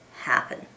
happen